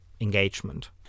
engagement